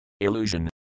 Illusion